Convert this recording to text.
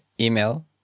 email